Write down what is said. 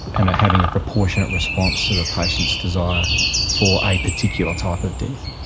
and having a proportionate response to the patient's desire for a particular type of death.